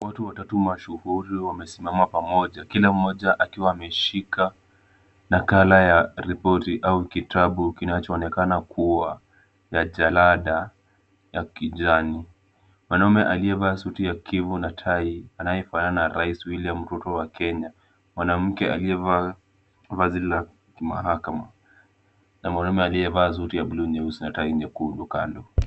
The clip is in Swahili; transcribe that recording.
Watu watatu mashuhuri wamesimama pamoja kila mmoja akiwa ameshika nakala ya ripoti au kitabu kinachoonekana kuwa ya jalada ya kijani. Mwanaume aliyevaa suti ya kijivu na tai anayefanana na rais William Ruto wa Kenya. Mwanamke aliyevaa vazi la mahakama na mwanaume aliyevaa suti ya bluu nyeusi na tai nyekundu kando.